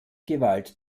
gewalt